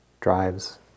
drives